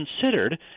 considered